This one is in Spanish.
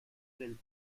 del